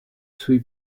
sui